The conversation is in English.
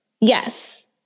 Yes